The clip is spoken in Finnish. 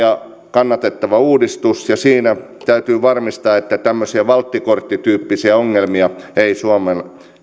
kannatettava uudistus siinä täytyy varmistaa että tämmöisiä waltti korttityyppisiä ongelmia ei suomeen